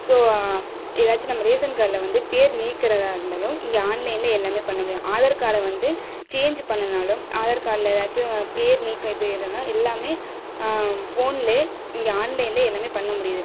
so ஏதாச்சும் நம்ம ration கார்டில் வந்து பேர் நீக்கிறதா இருந்தாலும் இங்கே ஆன்லைன்லேயே எல்லாமே பண்ண முடியும் ஆதார் கார்டை வந்து சேஞ்சு பண்ணணுன்னாலும் ஆதார் கார்டில் ஏதாச்சும் பேர் நீக்கம் எதுவும் எடுன்னா எல்லாமே ஃபோன்லேயே இங்கே ஆன்லைன்லேயே எல்லாமே பண்ண முடியுது